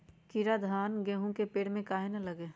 कीरा धान, गेहूं के पेड़ में काहे न लगे?